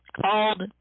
called